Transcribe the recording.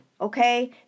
Okay